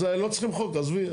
אז לא צריכים חוק, עזבי.